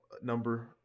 number